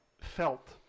felt